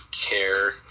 care